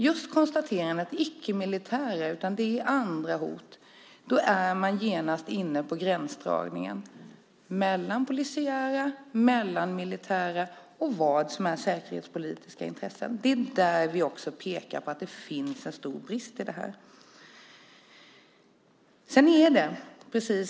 Just genom att konstatera att det inte är icke-militära utan andra hot är man genast inne på gränsdragningen mellan polisiära hot, militära hot och vad som är säkerhetspolitiska intressen. Det är denna stora brist vi pekar på i förslaget.